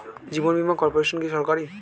জীবন বীমা কর্পোরেশন কি সরকারি?